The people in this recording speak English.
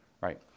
right